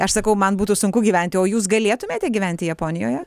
aš sakau man būtų sunku gyventi o jūs galėtumėte gyventi japonijoje